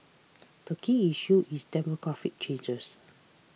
the key issue is demographic changes